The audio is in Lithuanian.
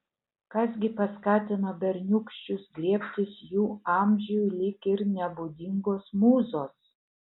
kas gi paskatino berniūkščius griebtis jų amžiui lyg ir nebūdingos mūzos